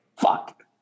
Fuck